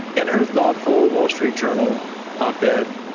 and her thoughtful ah wall street journal op ed